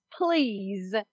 please